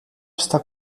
està